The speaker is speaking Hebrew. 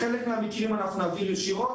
בחלק מהמקרים נעביר ישירות,